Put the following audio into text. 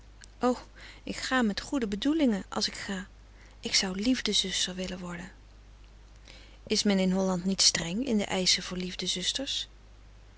ik ga met goede bedoelingen als ik ga ik zou liefde zuster willen worden is men in holland niet streng in de eischen voor liefde zusters